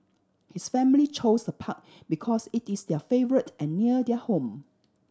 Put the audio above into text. his family chose the park because it is their favourite and near their home